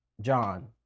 John